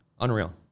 Unreal